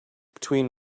between